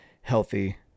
healthy